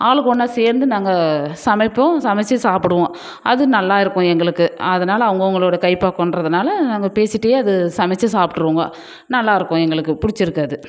ஆளுக்கு ஒன்றா சேர்ந்து நாங்கள் சமைப்போம் சமைத்து சாப்பிடுவோம் அது நல்லாயிருக்கும் எங்களுக்கு அதனால் அவங்கவங்களோடய கைப் பக்குவன்றதனால் நாங்கள் பேசிட்டே அதை சமைத்து சாப்பிட்ருவோங்க நல்லாருக்கும் எங்களுக்கு பிடிச்சிருக்கு அது